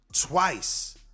twice